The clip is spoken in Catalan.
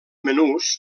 menús